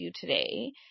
today